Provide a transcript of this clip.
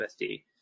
USD